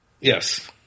Yes